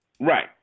Right